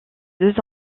deux